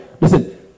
Listen